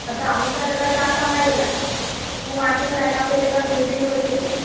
आतां हांव विकता तेका चार पांनां येयलात तूं मातयेन लायना फुडें तेका सूय बीन बरी येतली